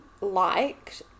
liked